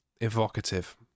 evocative